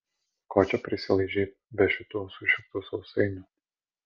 ko čia prisilaižei be šitų sušiktų sausainių